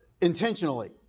intentionally